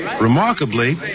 Remarkably